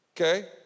Okay